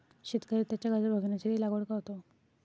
शेतकरी त्याच्या गरजा भागविण्यासाठी लागवड करतो